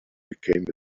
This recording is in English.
became